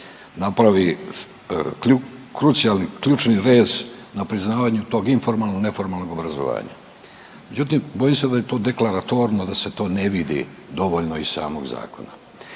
napravi ključni rez na priznavanju tog informalno neformalnog obrazovanja, međutim bojim se da je to deklatorno da se to ne vidi dovoljno iz samog zakona.